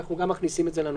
אנחנו גם מכניסים את זה לנוסח.